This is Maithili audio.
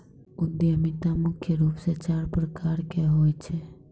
उद्यमिता मुख्य रूप से चार प्रकार के होय छै